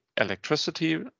electricity